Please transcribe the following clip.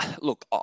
look